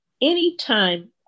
Anytime